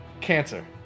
Cancer